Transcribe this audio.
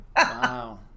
Wow